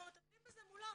אנחנו מטפלים בזה מולם,